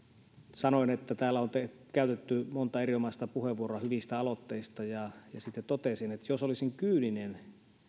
sanoin että täällä on käytetty monta erinomaista puheenvuoroa hyvistä aloitteista ja ja sitten totesin että jos olisin kyyninen